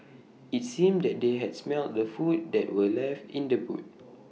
IT seemed that they had smelt the food that were left in the boot